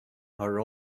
are